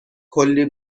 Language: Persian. کلی